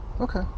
okay